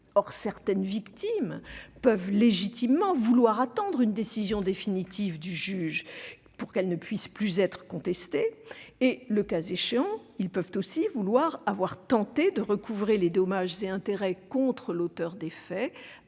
Or certaines victimes peuvent légitimement vouloir attendre une décision définitive du juge pour que celle-ci ne puisse plus être contestée et ils peuvent aussi, le cas échéant, vouloir avoir tenté de recouvrer les dommages et intérêts contre l'auteur des faits